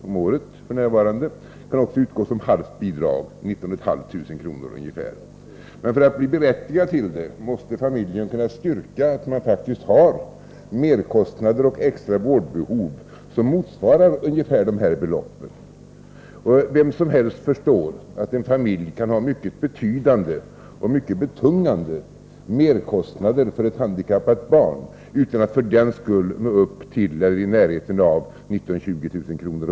om året f. n. Det kan också utgå som halvt bidrag med ungefär 19 500 kr. Men för att bli berättigad till bidraget måste familjen kunna styrka att den faktiskt har merkostnader och extra vårdbehov som motsvarar ungefär de nämnda beloppen. Vem som helst förstår att en familj kan ha mycket betydande och mycket betungande merkostnader för ett handikappat barn utan att för den skull nå upp till eller komma i närheten av det belopp på 19 000-20 000 kr.